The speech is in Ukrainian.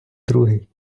другий